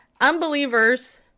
unbelievers